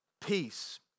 peace